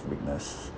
witnessed